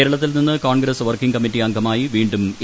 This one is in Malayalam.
കേരളത്തിൽ നിന്ന് കോൺഗ്രസ് വർക്കിംഗ് കമ്മിറ്റി അംഗമായി വീണ്ടും എ